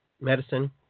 medicine